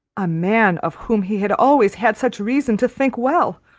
a man of whom he had always had such reason to think well!